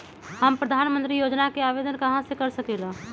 हम प्रधानमंत्री योजना के आवेदन कहा से कर सकेली?